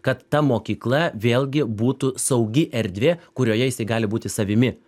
kad ta mokykla vėlgi būtų saugi erdvė kurioje jisai gali būti savimi